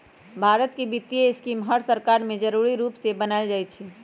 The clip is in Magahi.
भारत के वित्तीय स्कीम हर सरकार में जरूरी रूप से बनाएल जाई छई